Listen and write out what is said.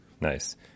Nice